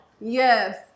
Yes